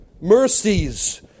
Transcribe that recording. Mercies